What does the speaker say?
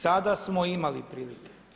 Sada smo imali prilike.